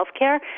healthcare